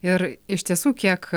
ir iš tiesų kiek